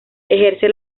ejerce